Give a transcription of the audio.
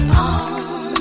on